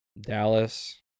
Dallas